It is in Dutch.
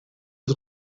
het